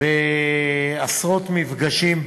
בעשרות מפגשים,